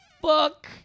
fuck